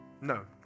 no